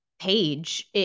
page